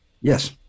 Yes